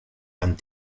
and